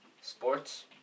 sports